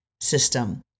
system